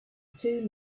two